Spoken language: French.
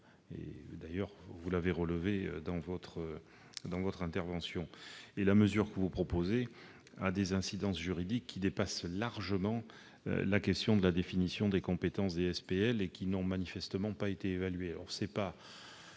d'ailleurs relevé dans votre intervention, monsieur Lefèvre. La mesure que vous proposez a des incidences juridiques qui dépassent largement la question de la définition des compétences des SPL, et qui n'ont manifestement pas été évaluées.